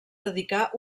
dedicà